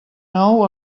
nou